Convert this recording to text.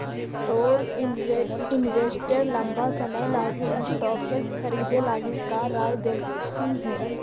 तोर इन्वेस्टर लंबा समय लागी स्टॉक्स खरीदे लागी का राय देलथुन हे?